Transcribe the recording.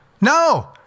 No